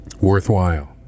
worthwhile